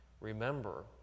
remember